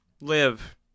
Live